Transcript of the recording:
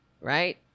right